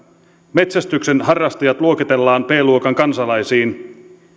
metsästyksen harrastajat luokitellaan b luokan kansalaisiin